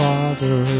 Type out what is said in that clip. Father